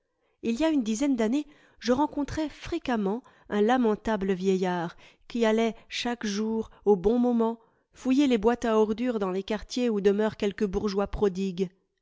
il y a une dizaine d'années je rencontrais fréquemment un lamentable vieillard qui allait chaque jour au bon moment fouiller les boîtes à ordures dans les quartiers où demeurent quelques bourgeois prodigues